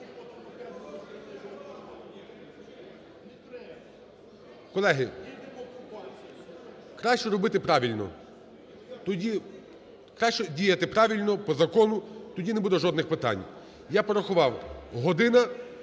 Колеги, краще робити правильно. Краще діяти правильно, по закону, тоді не буде жодних питань. Я порахував: година,